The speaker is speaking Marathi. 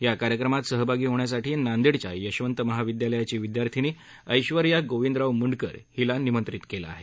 या कार्यक्रमात सहभागी होण्यासाठी नांदेडच्या यशवंत महाविद्यालयाची विद्यार्थिनी ऐश्वर्या गोविंदराव मुंडकर हिला निमंत्रित केलं आहे